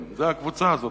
כן, זה הקבוצה הזו.